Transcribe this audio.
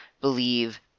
believe